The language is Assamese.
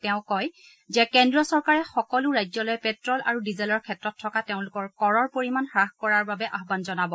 তেওঁ কয় যে কেন্দ্ৰীয় চৰকাৰে সকলো ৰাজ্যলৈ প্টে'ল আৰু ডিজেলৰ ক্ষেত্ৰত থকা তেওঁলোকৰ কৰৰ পৰিমাণ হাস কৰাৰ বাবে আহান জনাব